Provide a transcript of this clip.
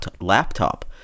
laptop